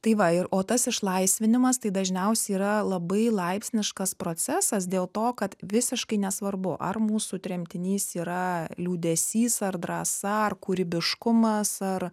tai va ir o tas išlaisvinimas tai dažniausiai yra labai laipsniškas procesas dėl to kad visiškai nesvarbu ar mūsų tremtinys yra liūdesys ar drąsa ar kūrybiškumas ar